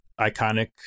iconic